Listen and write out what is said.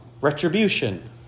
Retribution